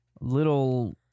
little